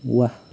वाह